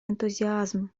энтузиазм